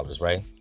right